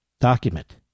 document